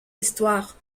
histoires